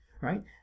right